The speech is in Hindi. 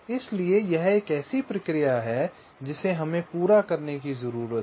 इसलिए यह एक ऐसी प्रक्रिया है जिसे हमें पूरा करने की जरूरत है